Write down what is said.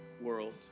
world